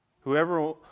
Whoever